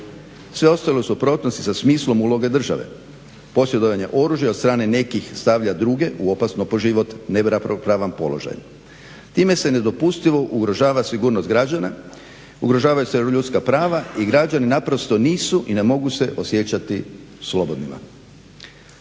Sve ostalo je u suprotnosti sa smislom uloge države, posjedovanja oružja od strane nekih stavlja druge u opasno po život, neravnopravan položaj. Time se nedopustivo ugrožava sigurnost građana, ugrožavaju se ljudska prava i građani naprosto nisu i ne mogu se osjećati slobodnima.